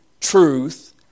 truth